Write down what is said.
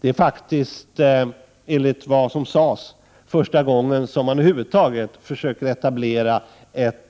Det är faktiskt, enligt vad som sades, första gången som man över huvud taget försöker etablera ett